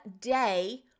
day